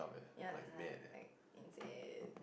ya that's why insane